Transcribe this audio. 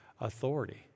authority